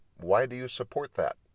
why-do-you-support-that